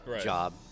job